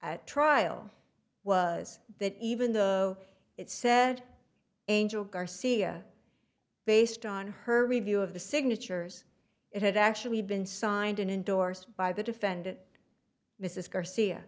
at trial was that even though it said angel garcia based on her review of the signatures it had actually been signed and indorsed by the defendant mrs garcia